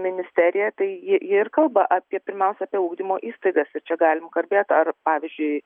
ministerija tai ji ji ir kalba apie pirmiausia apie ugdymo įstaigas ir čia galim kalbėt ar pavyzdžiui